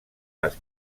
les